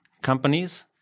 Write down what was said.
companies